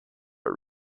but